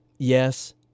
Yes